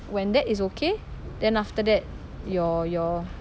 when that is okay then after that your your